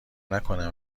نکنم